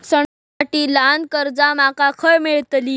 सणांसाठी ल्हान कर्जा माका खय मेळतली?